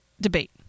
debate